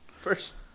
First